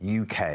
UK